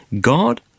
God